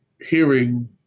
hearing